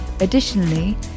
Additionally